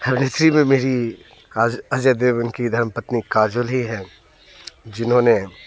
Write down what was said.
अभिनेत्री में मेरी अजय देवगन की धर्मपत्नी काजोल ही है जिन्होंने